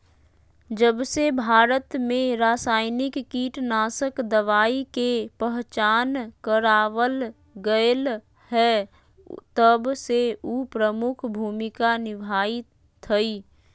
जबसे भारत में रसायनिक कीटनाशक दवाई के पहचान करावल गएल है तबसे उ प्रमुख भूमिका निभाई थई